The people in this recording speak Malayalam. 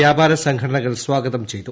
വ്യാപര സംഘടനകൾ സ്വാഗതം പ്രചയ്തു